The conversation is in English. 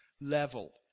level